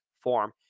form